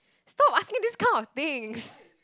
stop asking these kind of things